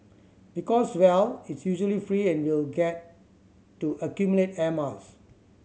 because well it's usually free and we'll get to accumulate air miles